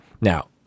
Now